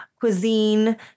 cuisine